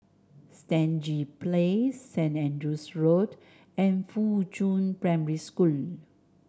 Stangee Place Saint Andrew's Road and Fuchun Primary School